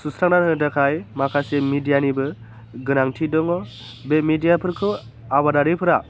सुस्रांना होनो थाखाय माखासे मिडियानिबो गोनांथि दङ बे मिडियाफोरखौ आबादारिफोरा